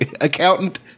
accountant